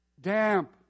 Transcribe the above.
damp